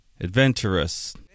adventurous